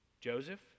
Joseph